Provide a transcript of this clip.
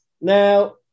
Now